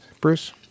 Bruce